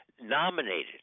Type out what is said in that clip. nominated